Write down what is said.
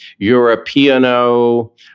Europeano